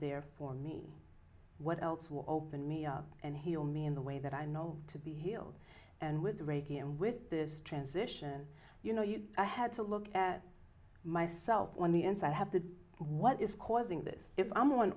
there for me what else will open me up and heal me in the way that i know to be healed and with reiki and with this transition you know you i had to look at myself on the inside have to do what is causing this if i'm on